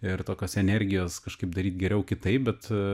ir tokios energijos kažkaip daryt geriau kitaip bet